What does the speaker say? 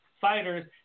fighters